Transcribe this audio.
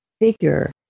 figure